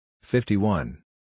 Fifty-one